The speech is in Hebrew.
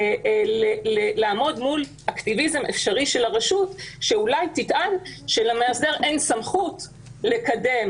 לעמוד מול אקטיביזם אפשרי של הרשות שאולי תטען שלמאסדר אין סמכות לקדם